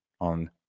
on